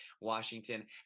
Washington